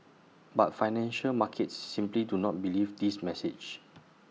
but financial markets simply do not believe this message